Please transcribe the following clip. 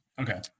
Okay